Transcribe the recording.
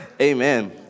Amen